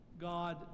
God